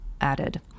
added